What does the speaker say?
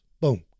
boom